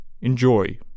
Enjoy